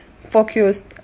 focused